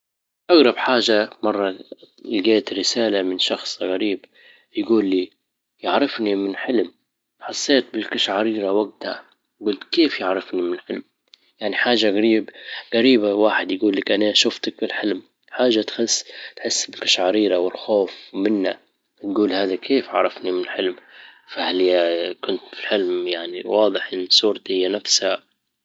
اغرب حاجة مرة لجيت رسالة من شخص غريب يجول لي يعرفني من حلم حسيت بالقشعريرة وجتها جلت كيف يعرفني من الحلم؟! يعني حاجة غريب- غريبة واحد يجول لك انا شفتك بالحلم حاجة تحس- تحس بقشعريرة والخوف منا نجول هذا كيف عرفني من حلم فهل كنت فى الحلم يعني واضح ان صورتي هي نفسها؟!